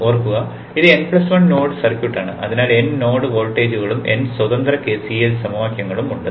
ഓർക്കുക ഇത് n 1 node circuit ആണ് അതിനാൽ n നോഡ് വോൾട്ടേജുകളും n സ്വതന്ത്ര KCL സമവാക്യങ്ങളും ഉണ്ട്